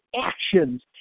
actions